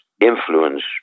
influence